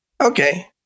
Okay